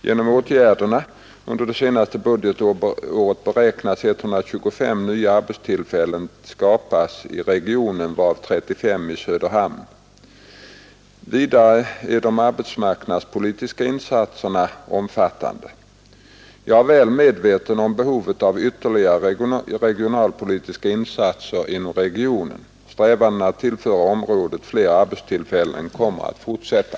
Genom ätgärderna under det senaste budgetåret beräknas 125 nya arbetstillfällen skapas i regionen varav 35 i Söderhamn. Vidare är de arbetsmarknadspolitiska insatserna omfattande. Jag är väl medveten om behovet av ytterligare regionalpolitiska insatser inom regionen. Strävandena att tillföra området fler arbetstillfällen kommer att fortsätta.